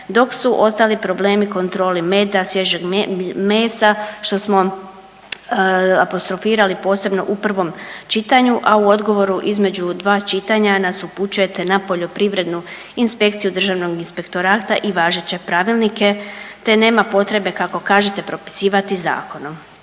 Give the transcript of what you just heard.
dok su ostali problemi kontroli meda, svježeg mesa što smo apostrofirali posebno u prvom čitanju, a u odgovoru između dva čitanja nas upućujete na poljoprivrednu inspekciju Državnog inspektorata i važeće pravilnike, te nema potrebe kako kažete propisivati zakonom.